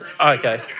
Okay